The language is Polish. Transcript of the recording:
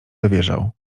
dowierzał